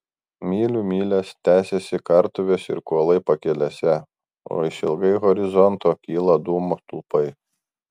mylių mylias tęsiasi kartuvės ir kuolai pakelėse o išilgai horizonto kyla dūmų stulpai